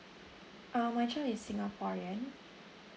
um my child is singaporean